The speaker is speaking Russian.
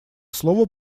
слово